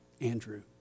Andrew